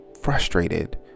frustrated